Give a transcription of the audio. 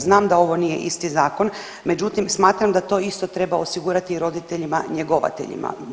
Znam da ovo nije isti zakon, međutim smatram da to isto treba osigurati roditeljima njegovateljima.